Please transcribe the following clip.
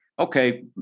okay